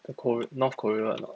the kor~ north korea [one] or not